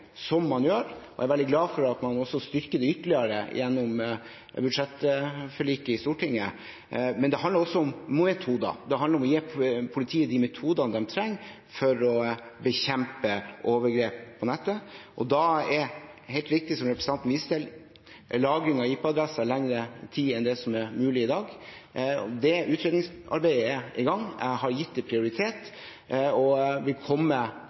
som man gjør, og jeg er veldig glad for at man også styrket det ytterligere gjennom budsjettforliket i Stortinget. Men det handler også om metoder, det handler om å gi politiet de metodene de trenger for å bekjempe overgrep på nettet. Da er – som representanten Ropstad helt riktig viste til – lagring av IP-adresser over lengre tid enn det som er mulig i dag, et tiltak. Det utredningsarbeidet er i gang. Jeg har gitt det prioritet og vil komme